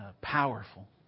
powerful